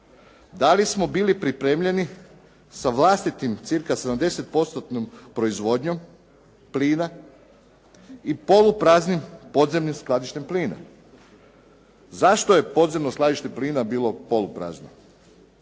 Da li smo bili pripremljeni sa vlastitim cirka 70 postotnom proizvodnjom plina i polu praznim podzemnim skladištem plina. Zašto je podzemno skladište plina bilo poluprazno?